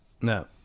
No